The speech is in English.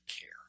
care